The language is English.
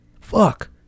Fuck